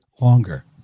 longer